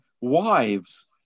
wives